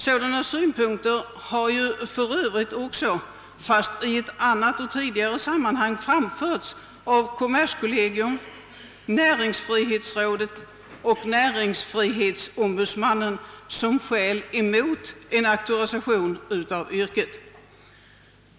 Sådana synpunkter har ju för övrigt också, i ett annat och tydligare sammanhang, framförts av kommerskollegium, näringsfrihetsrådet och näringsfrihetsombudsmannen som skäl mot en auktorisation av yrket.